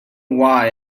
why